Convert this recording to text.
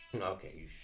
Okay